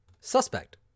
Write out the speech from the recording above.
suspect